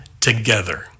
together